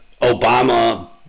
Obama